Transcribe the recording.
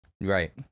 Right